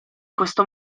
questo